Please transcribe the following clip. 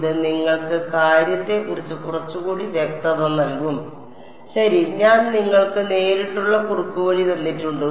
ഇത് നിങ്ങൾക്ക് കാര്യത്തെക്കുറിച്ച് കുറച്ചുകൂടി വ്യക്തത നൽകും ശരി ഞാൻ നിങ്ങൾക്ക് നേരിട്ടുള്ള കുറുക്കുവഴി തന്നിട്ടുണ്ട്